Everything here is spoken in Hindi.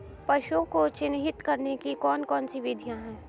पशुओं को चिन्हित करने की कौन कौन सी विधियां हैं?